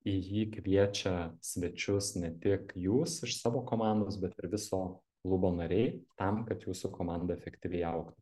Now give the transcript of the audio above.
į jį kviečia svečius ne tik jūs iš savo komandos bet ir viso klubo nariai tam kad jūsų komanda efektyviai augtų